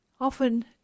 often